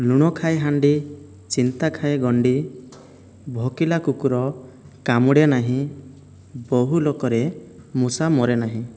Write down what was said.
ଲୁଣ ଖାଏ ହାଣ୍ଡି ଚିନ୍ତା ଖାଏ ଗଣ୍ଡି ଭୁକିଲା କୁକୁର କାମୁଡ଼େ ନାହିଁ ବହୁ ଲୋକରେ ମୂଷା ମରେ ନାହିଁ